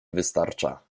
wystarcza